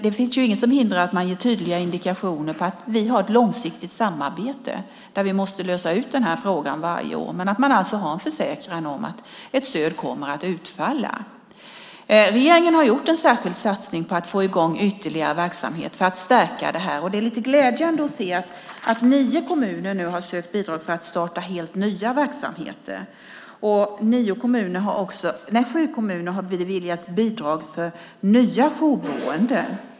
Det finns inget som hindrar att man ger tydliga indikationer på att vi har ett långsiktigt samarbete där vi måste lösa frågan varje år men har en försäkran om att ett stöd kommer att utfalla. Regeringen har gjort en särskild satsning på att få i gång ytterligare verksamhet för att stärka det här. Det är lite glädjande att de att nio kommuner har sökt bidrag för att starta helt nya verksamheter. Sju kommuner har beviljats bidrag för nya jourboenden.